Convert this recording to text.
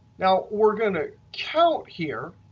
now, we're going to count here.